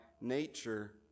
nature